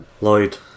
Lloyd